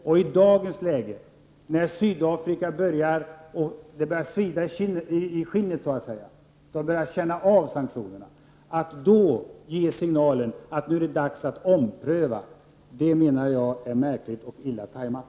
Att i dagens läge, när det börjar svida i skinnet så att säga, när Sydafrika börjar känna av sanktionerna ge signalen att det nu är dags att ompröva dem menar jag är märkligt och illa tajmat.